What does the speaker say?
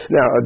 Now